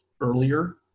earlier